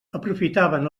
aprofitaven